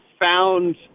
found